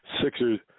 Sixers